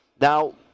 Now